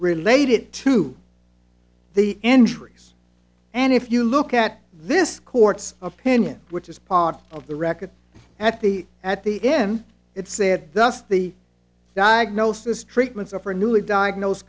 related to the entries and if you look at this court's opinion which is part of the record at the at the end it said thus the diagnosis treatments are for newly diagnose